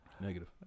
Negative